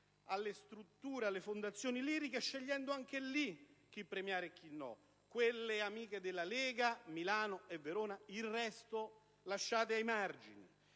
alle strutture, alle fondazioni liriche, scegliendo anche in questo caso chi premiare e chi no: quelle amiche della Lega, Milano e Verona, lasciando il resto ai margini.